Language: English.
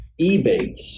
Ebates